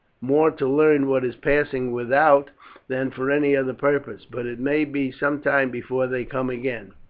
more to learn what is passing without than for any other purpose but it may be some time before they come again.